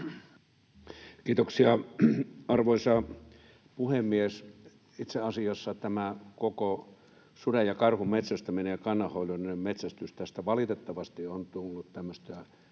Kiitoksia, arvoisa puhemies! Itse asiassa koko tästä suden ja karhun metsästämisestä ja kannanhoidollisesta metsästyksestä valitettavasti on tullut tämmöistä